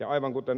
kun ed